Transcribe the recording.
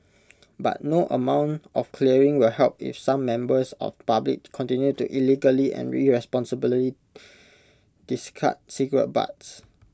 but no amount of clearing will help if some members of public continue to illegally and irresponsibly discard cigarette butts